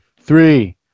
three